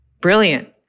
brilliant